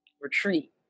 retreat